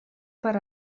per